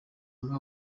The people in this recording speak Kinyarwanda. hamwe